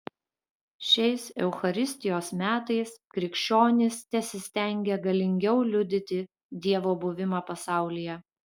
šiais eucharistijos metais krikščionys tesistengia galingiau liudyti dievo buvimą pasaulyje